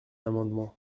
amendement